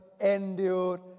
endure